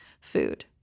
food